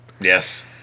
Yes